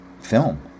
film